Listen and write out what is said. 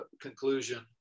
conclusion